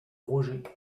roger